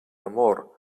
amor